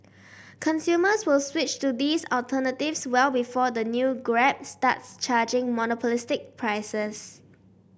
consumers will switch to these alternatives well before the new Grab starts charging monopolistic prices